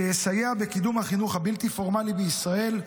שיסייע בקידום החינוך הבלתי פורמלי בישראל,